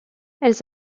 elles